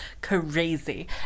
crazy